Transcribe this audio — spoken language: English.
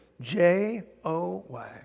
J-O-Y